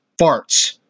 farts